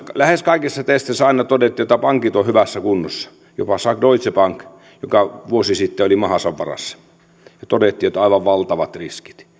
lähes kaikissa testeissä aina todettiin että pankit ovat hyvässä kunnossa jopa deutsche bank joka vuosi sitten oli mahansa varassa ja todettiin että aivan valtavat riskit